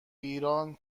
ایران